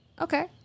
Okay